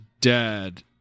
dad